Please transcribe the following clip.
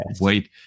wait